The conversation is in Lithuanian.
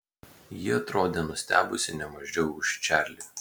ji atrodė nustebusi ne mažiau už čarlį